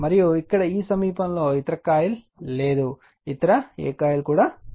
మరియు ఇక్కడ ఈ సమీపంలో ఇతర కాయిల్ లేదు ఇతర కాయిల్ లేదు